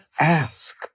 ask